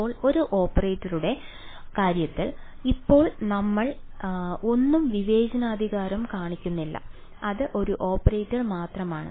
ഇപ്പോൾ ഒരു ഓപ്പറേറ്ററുടെ കാര്യത്തിൽ ഇപ്പോൾ നമ്മൾ ഒന്നും വിവേചനാധികാരം കാണിക്കുന്നില്ല അത് ഒരു ഓപ്പറേറ്റർ മാത്രമാണ്